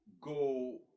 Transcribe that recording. go